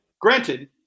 granted